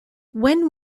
when